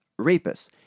rapists